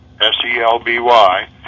s-e-l-b-y